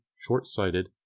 short-sighted